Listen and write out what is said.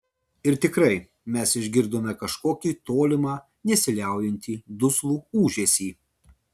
ir tikrai mes išgirdome kažkokį tolimą nesiliaujantį duslų ūžesį